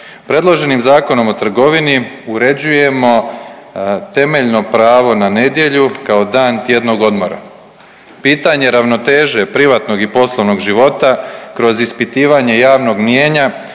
Predloženom Zakonom o trgovini uređujemo temeljno pravo na nedjelju kao dan tjednog odmora. Pitanje ravnoteže privatnog i poslovnog života kroz ispitivanje javnog mijenja